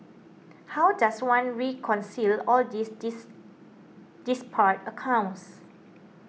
how does one reconcile all these disparate accounts